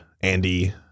Andy